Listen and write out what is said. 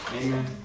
Amen